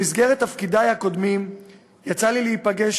במסגרת תפקידי הקודמים יצא לי להיפגש